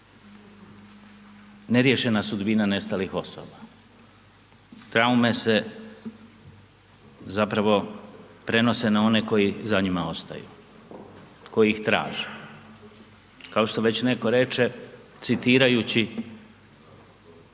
neriješena sudbina nestalih osoba. Traume se zapravo prenose na one koji za njima ostaju. Koji ih traže. Kao što već netko reče, citirajući